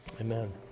Amen